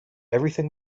everything